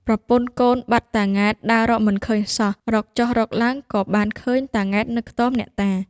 ប្រពន្ធកូនបាត់តា ង៉ែត ដើររកមិនឃើញសោះ រកចុះរកឡើងក៏បានឃើញតា ង៉ែត នៅខ្ទមអ្នកតា ។